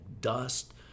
dust